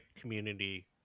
community